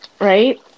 right